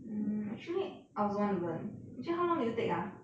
mm actually I also want to learn actually how long did you take ah